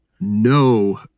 no